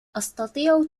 أستطيع